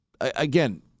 again